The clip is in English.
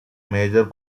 major